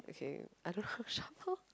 okay I don't know how to shuffle